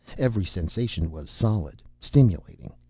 every sensation was solid, stimulating.